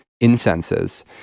incenses